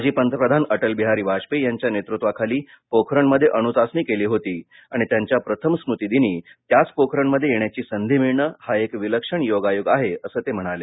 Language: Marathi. माजी पंतप्रधान अटल बिहारी वाजपेयी यांच्या नेतृत्वाखाली पोखरणमध्ये अणुचाचणी केली होती आणि त्यांच्या प्रथम स्मृतीदिनी त्याच पोखरणमध्ये येण्याची संधी मिळणं हा एक विलक्षण योगायोग आहे असं ते म्हणाले